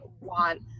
want